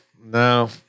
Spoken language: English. no